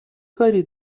کاری